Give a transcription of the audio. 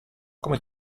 come